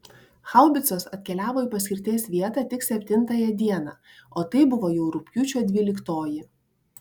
haubicos atkeliavo į paskirties vietą tik septintąją dieną o tai buvo jau rugpjūčio dvyliktoji